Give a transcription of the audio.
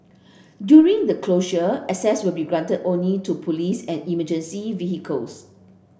during the closure access will be granted only to police and emergency vehicles